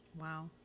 Wow